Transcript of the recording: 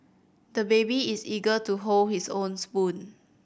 the baby is eager to hold his own spoon